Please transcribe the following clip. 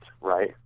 Right